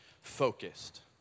focused